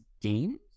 games